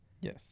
Yes